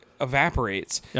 evaporates